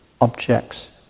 objects